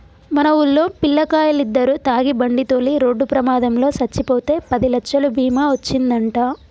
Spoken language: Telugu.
మన వూల్లో పిల్లకాయలిద్దరు తాగి బండితోలి రోడ్డు ప్రమాదంలో సచ్చిపోతే పదిలచ్చలు బీమా ఒచ్చిందంట